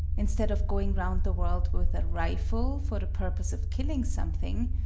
instead of going round the world with a rifle, for the purpose of killing something,